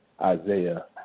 Isaiah